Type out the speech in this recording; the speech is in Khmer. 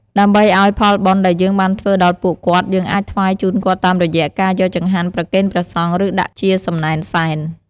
ដើម្បីឲ្យផលបុណ្យដែលយើងបានធ្វើដល់ពួកគាត់ យើងអាចថ្វាយជូនគាត់តាមរយៈការយកចង្ហាន់ប្រគេនព្រះសង្ឃ ឬដាក់ជាសំណែនសែន។